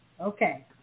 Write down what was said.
Okay